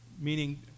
meaning